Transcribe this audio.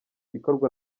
ikorwa